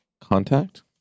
contact